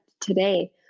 today